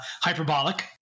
hyperbolic